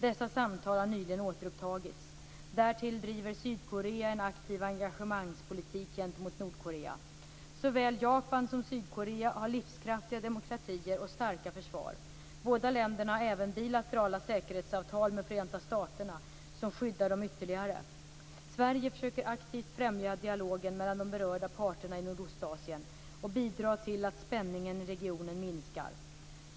Dessa samtal har nyligen återupptagits. Därtill driver Sydkorea en aktiv engagemangspolitik gentemot Nordkorea. Såväl Japan som Sydkorea har livskraftiga demokratier och starka försvar. Båda länderna har även bilaterala säkerhetsavtal med Förenta staterna, som skyddar dem ytterligare. Sverige försöker aktivt främja dialogen mellan de berörda parterna i Nordostasien och bidra till att spänningen i regionen minskar.